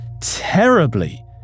terribly